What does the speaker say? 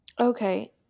Okay